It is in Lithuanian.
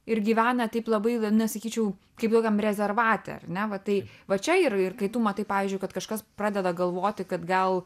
ir gyvena taip labai na sakyčiau kaip kokiam rezervate ar ne va tai va čia yra ir kai tu matai pavyzdžiui kad kažkas pradeda galvoti kad gal